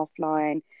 offline